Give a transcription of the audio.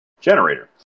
generator